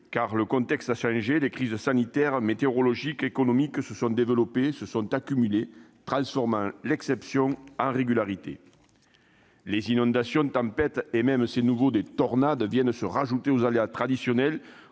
Le contexte a changé : les crises sanitaires, météorologiques, économiques se sont développées, accumulées, transformant l'exception en régularité. Les inondations, les tempêtes, et même- c'est nouveau ! -les tornades, viennent s'ajouter aux aléas « traditionnels